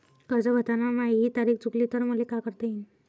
कर्ज भरताना माही तारीख चुकली तर मले का करता येईन?